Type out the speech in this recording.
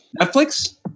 Netflix